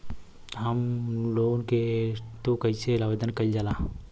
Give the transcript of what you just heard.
Home loan हेतु कइसे आवेदन कइल जाला?